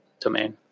domain